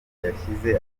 yashyize